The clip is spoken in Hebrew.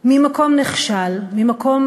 ממקום נחשל, ממקום